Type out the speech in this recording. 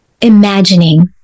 imagining